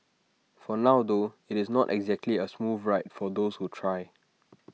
for now though IT is not exactly A smooth ride for those who try